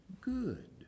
good